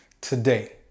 today